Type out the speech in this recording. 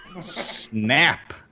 Snap